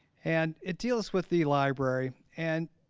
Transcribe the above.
and it deals with the library and